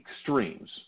extremes